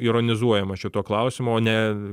ironizuojama šituo klausimu o ne